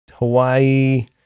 Hawaii